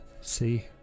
see